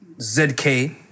ZK